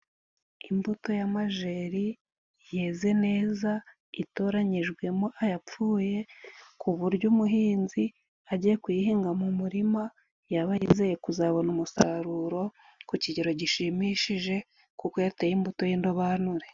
Imbuto y'amajeri yeze neza itoranyijwemo ayapfuye ku buryo umuhinzi agiye kuyihinga mu murima yaba yizeye kuzabona umusaruro ku kigero gishimishije kuko yateye imbuto y'indobanure.